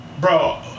bro